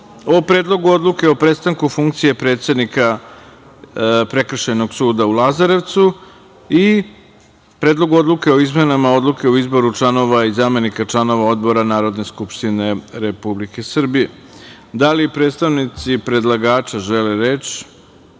- Predlogu odluke o prestanku funkcije predsednika Prekršajnog suda u Lazarevcu i Predlogu odluke o izmenama odluke o izboru članova i zamenika članova Odbora Narodne skupštine Republike Srbije. Da li predstavnici predlagača žele reč?